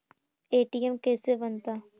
ATM कैसे बनता?